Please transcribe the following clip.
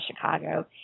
Chicago